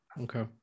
okay